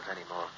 anymore